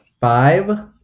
Five